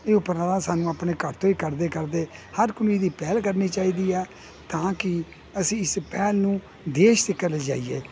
ਇਹ ਉਪਰਾਲਾ ਸਾਨੂੰ ਆਪਣੇ ਘਰ ਤੋਂ ਹੀ ਕਰਦੇ ਕਰਦੇ ਹਰ ਕਮੀ ਦੀ ਪਹਿਲ ਕਰਨੀ ਚਾਹੀਦੀ ਆ ਤਾਂ ਕਿ ਅਸੀਂ ਇਸ ਪਹਿਲ ਨੂੰ ਦੇਸ਼ ਤੀਕਰ ਲੈ ਜਾਈਏ